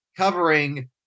covering